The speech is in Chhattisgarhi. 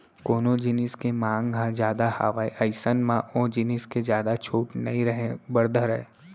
कोनो जिनिस के मांग ह जादा हावय अइसन म ओ जिनिस के जादा छूट नइ रहें बर धरय